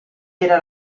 era